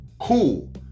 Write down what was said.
cool